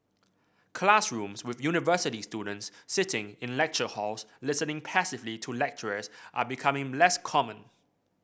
classrooms with university students sitting in lecture halls listening passively to lecturers are becoming less common